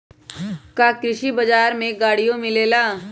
का कृषि बजार में गड़ियो मिलेला?